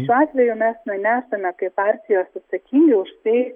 šiuo atveju mes nu nesame kaip partijos atsakingi už tai